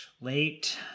late